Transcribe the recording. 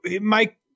Mike